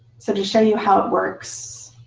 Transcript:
so to show you how it works